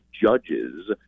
judges